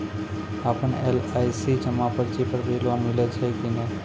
आपन एल.आई.सी जमा पर्ची पर भी लोन मिलै छै कि नै?